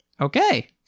Okay